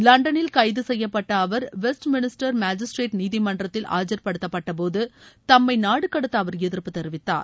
லண்டனில் கைது செய்யப்பட்ட அவர் வெஸ்ட்மின்ஸ்டர் மேஜிஸ்திரேட் நீதிமன்றத்தில் ஆஜர்ப்படுத்தப்பட்டபோது தன்மை நாடு கடத்த அவர் எதிர்ப்பு தெரிவித்தார்